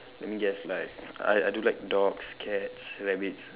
I mean yes like I I do like dogs cats rabbits